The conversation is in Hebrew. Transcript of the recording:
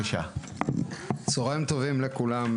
צהריים טובים לכולם,